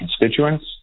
constituents